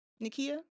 Nikia